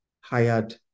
hired